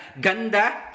ganda